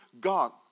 God